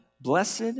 Blessed